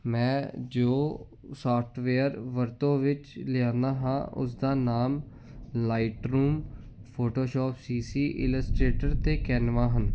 ਮੈਂ ਜੋ ਸੋਫਟਵੇਅਰ ਵਰਤੋਂ ਵਿੱਚ ਲਿਆਉਂਦਾ ਹਾਂ ਉਸਦਾ ਨਾਮ Lightroom Photoshop CC Illustrator ਅਤੇ ਕੈਨਵਾ ਹਨ